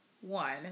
one